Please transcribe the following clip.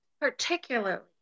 particularly